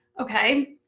Okay